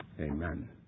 Amen